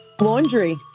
Laundry